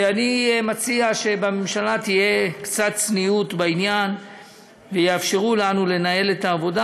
ואני מציע שבממשלה תהיה קצת צניעות בעניין ויאפשרו לנו לנהל את העבודה.